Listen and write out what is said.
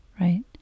Right